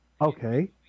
Okay